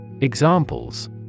Examples